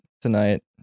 tonight